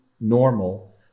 normal